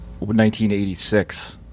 1986